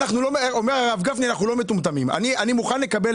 מה רשות המסים מוכנה לעשות